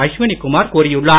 அஸ்வினி குமார் கூறியுள்ளார்